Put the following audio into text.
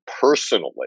personally